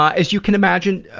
ah as you can imagine.